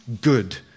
good